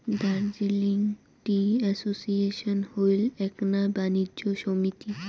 Darjeeling tea association হইল এ্যাকনা বাণিজ্য সমিতি